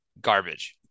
garbage